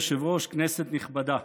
אדוני היושב-ראש, כנסת נכבדה.